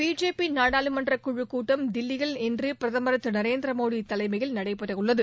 BJP நாடாளுமன்றக் குழுக் கூட்டம் தில்லியில் இன்று பிரதமர் திரு நரேந்திர மோடி தலைமையில் நடைபெறவுள்ளது